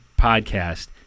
podcast